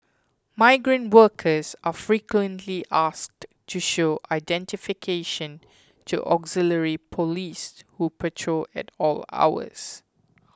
migrant workers are frequently asked to show identification to auxiliary police who patrol at all hours